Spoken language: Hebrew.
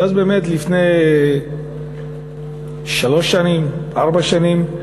ואז באמת לפני שלוש שנים, ארבע שנים,